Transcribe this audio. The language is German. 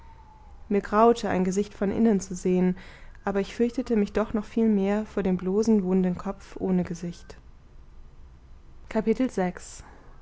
mir graute ein gesicht von innen zu sehen aber ich fürchtete mich doch noch viel mehr vor dem bloßen wunden kopf ohne gesicht